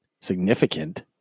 significant